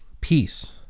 Peace